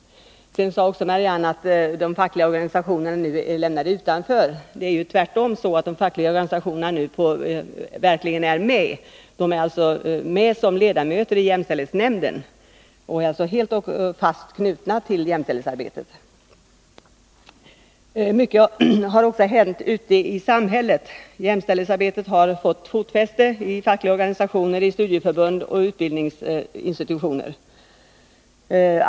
Marianne Stålberg sade också att de fackliga organisationerna har lämnats utanför. Men det är tvärtom så att de fackliga organisationerna nu verkligen är med. Representanter för dem är ledamöter i jämställdhetsnämnden, och de är alltså fast knutna till jämställdhetsarbetet. Mycket har hänt ute i samhället — jämställdhetsarbetet har fått fotfäste i fackliga organisationer, i studieförbund och i utbildningsinstitutioner.